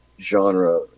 genre